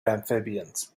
amphibians